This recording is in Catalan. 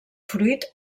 fruit